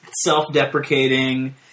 self-deprecating